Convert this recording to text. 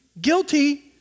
Guilty